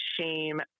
shame